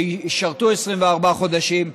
שישרתו 24 חודשים,